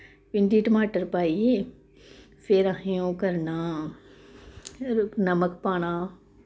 भिंडी टमाटर पाइयै फिर असें ओह् करना नमक पाना